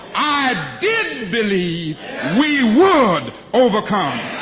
i did believe we would overcome.